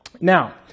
Now